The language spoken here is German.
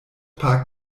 parkt